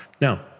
Now